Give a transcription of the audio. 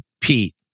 Pete